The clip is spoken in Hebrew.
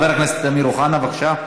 חבר הכנסת אמיר אוחנה, בבקשה.